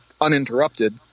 uninterrupted